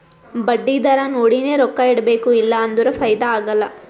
ಬಡ್ಡಿ ದರಾ ನೋಡಿನೆ ರೊಕ್ಕಾ ಇಡಬೇಕು ಇಲ್ಲಾ ಅಂದುರ್ ಫೈದಾ ಆಗಲ್ಲ